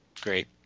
great